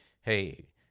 Hey